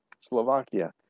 slovakia